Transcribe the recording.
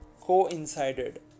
coincided